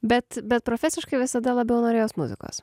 bet bet profesiškai visada labiau norėjos muzikos